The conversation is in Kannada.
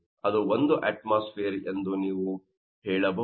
ಅದು 1 ಅಟ್ಮಸ್ಫೀಯರ್ ಎಂದು ನೀವು ಹೇಳಬಹುದು